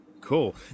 Cool